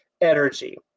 energy